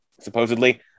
supposedly